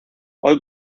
hoy